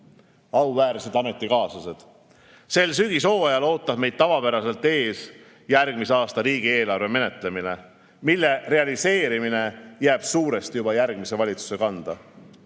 ametikaaslased! Sel sügishooajal ootab meid tavapäraselt ees järgmise aasta riigieelarve menetlemine, mille realiseerimine jääb suuresti juba järgmise valitsuse kanda.